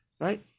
right